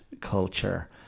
culture